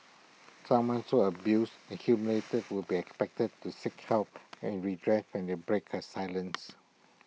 someone so abused and humiliated would be expected to seek help and redress when they breaks her silence